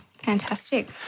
Fantastic